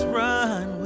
run